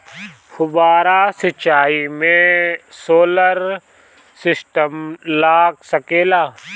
फौबारा सिचाई मै सोलर सिस्टम लाग सकेला?